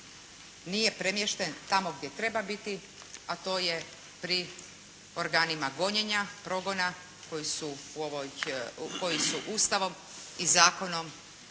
nije premješten tamo gdje treba biti a to je pri organima gonjenja, progona koji su Ustavom i zakonom